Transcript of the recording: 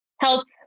help